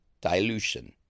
Dilution